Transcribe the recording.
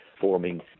forming